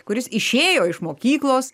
kuris išėjo iš mokyklos